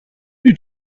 who